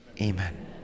Amen